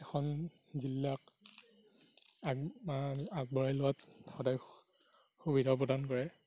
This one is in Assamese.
এখন জিলাক আগ আগবঢ়াই লোৱাত সদায় সুবিধা প্ৰদান কৰে